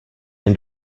jen